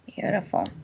beautiful